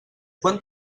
quan